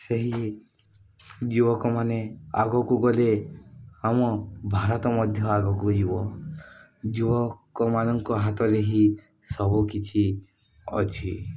ସେହି ଯୁବକମାନେ ଆଗକୁ ଗଲେ ଆମ ଭାରତ ମଧ୍ୟ ଆଗକୁ ଯିବ ଯୁବକମାନଙ୍କ ହାତରେ ହିଁ ସବୁକିଛି ଅଛି